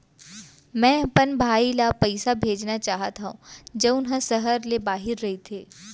मै अपन भाई ला पइसा भेजना चाहत हव जऊन हा सहर ले बाहिर रहीथे